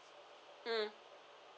mm